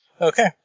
Okay